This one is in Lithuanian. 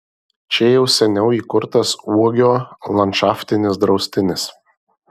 čia jau seniau įkurtas uogio landšaftinis draustinis